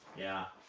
yeah.